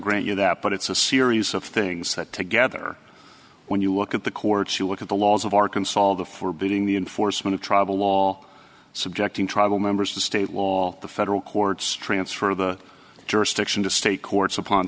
grant you that but it's a series of things that together when you look at the courts you look at the laws of arkansas the for building the enforcement of tribal law subjecting tribal members to state law the federal courts transfer of jurisdiction to state courts upon